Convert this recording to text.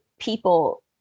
people